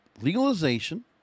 legalization